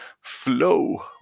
Flow